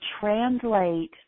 translate